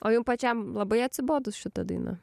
o jum pačiam labai atsibodus šita daina